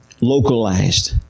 localized